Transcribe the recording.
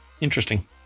Interesting